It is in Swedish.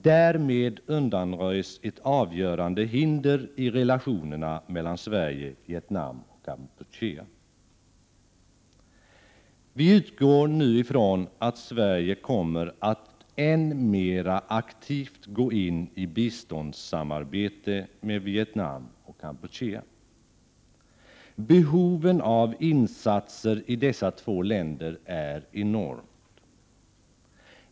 Därmed undanröjs ett avgörande hinder för relationerna mellan Sverige, Vietnam och Kampuchea. Vi utgår från att Sverige nu ännu mera aktivt kommer att gå in i biståndssamarbete med Vietnam och Kampuchea. Behovet av insatser i dessa två länder är enormt.